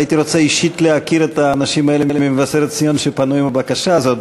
הייתי רוצה להכיר אישית את האנשים האלה ממבשרת-ציון שפנו עם הבקשה הזאת.